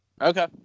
okay